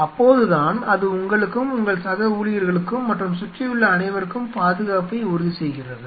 அப்போதுதான் அது உங்களுக்கும் உங்கள் சக ஊழியர்களுக்கும் மற்றும் சுற்றியுள்ள அனைவருக்கும் பாதுகாப்பை உறுதி செய்கிறது